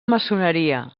maçoneria